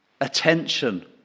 attention